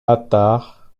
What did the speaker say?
attard